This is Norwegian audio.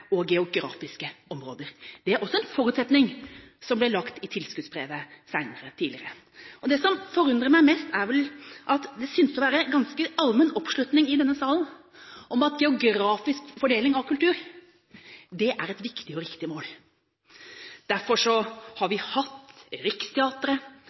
og geografiske områder. Det er også en forutsetning som ble lagt i tilskuddsbrevet tidligere. Det synes å være ganske allmenn oppslutning i denne salen om at geografisk fordeling av kultur er et viktig og riktig mål. Derfor har vi hatt Riksteatret, vi har